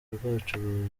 rwacu